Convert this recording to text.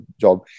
job